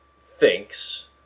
thinks